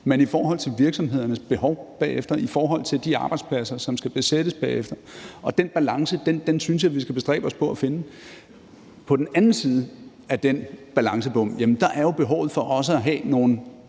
er i forhold til virksomhedernes behov bagefter, hvad angår de arbejdspladser, som skal besættes bagefter. Den balance synes jeg vi skal bestræbe os på at finde. På den anden side af den balancebom er jo behovet for også at have nogle